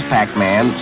Pac-Man